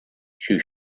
shoe